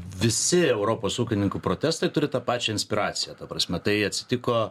visi europos ūkininkų protestai turi tą pačią inspiraciją ta prasme tai atsitiko